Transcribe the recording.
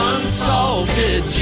Unsalted